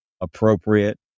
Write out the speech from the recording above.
appropriate